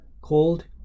called